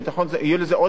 יהיו לזה עוד פעולות,